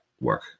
work